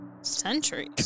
Centuries